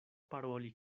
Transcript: paroli